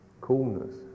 coolness